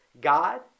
God